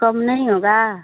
कम नहीं होगा